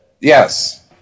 Yes